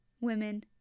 women